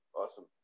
Awesome